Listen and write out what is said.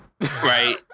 Right